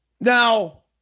Now